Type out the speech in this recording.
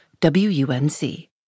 WUNC